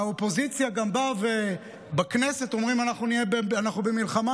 האופוזיציה בכנסת אומרת: אנחנו במלחמה,